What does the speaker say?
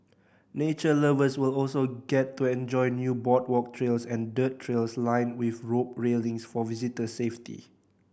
nature lovers will also get to enjoy new boardwalk trails and dirt trails lined with rope railings for visitor safety